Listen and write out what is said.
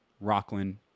rockland